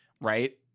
right